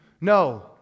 No